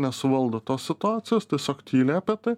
nesuvaldo tos situacijos tiesiog tyli apie tai